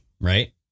Right